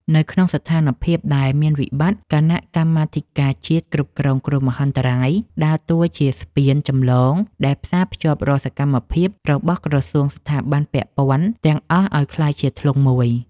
បន្តពីការដឹកនាំលំដាប់ខ្ពស់ ការសម្របសម្រួលអន្តរក្រសួងគឺជាយន្តការស្នូលដែលធ្វើឱ្យកម្លាំងសរុបរបស់ជាតិអាចដំណើរការទៅបានយ៉ាងរលូន។